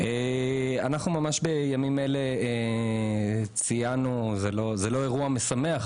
אנחנו ממש בימים אלה ציינו -- זה לא אירוע משמח,